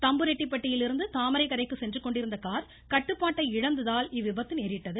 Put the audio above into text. தம்புரெட்டிபட்டியிலிருந்து தாமரைக்கரைக்கு சென்று கொண்டிருந்த கார் கட்டுப்பாட்டை இழந்ததால் இவ்விபத்து நேரிட்டது